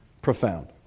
profound